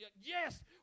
yes